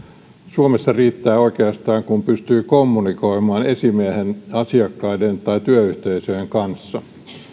suomessa riittää oikeastaan kun pystyy kommunikoimaan esimiehen asiakkaiden tai työyhteisöjen kanssa